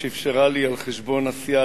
שאפשרה לי לדבר על חשבון הסיעה.